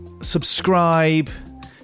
subscribe